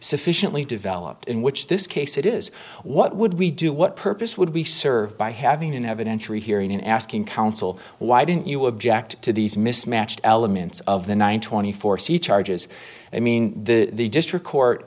sufficiently developed in which this case it is what would we do what purpose would be served by having an evidentiary hearing and asking counsel why didn't you object to these mismatched elements of the one twenty four c charges i mean the district court